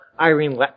Irene